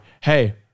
hey